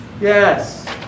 Yes